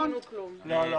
לא, לא.